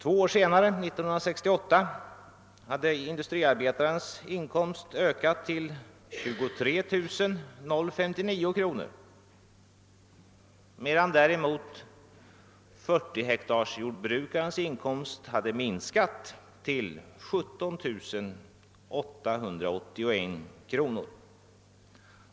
Två år senare, alltså 1968, hade industriarbetarens inkomst ökat till 23 059 kr., medan 40-hektarsjordbrukarens inkomst hade minskat till 17 881 kr.